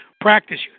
practice